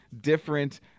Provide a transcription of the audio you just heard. different